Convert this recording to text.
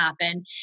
happen